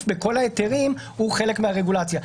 בכל ההיתרים אז הוא חלק מן הרגולציה.